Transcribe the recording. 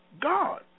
God